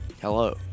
Hello